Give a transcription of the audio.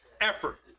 effort